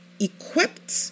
equipped